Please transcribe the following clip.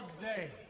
day